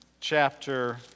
chapter